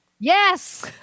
Yes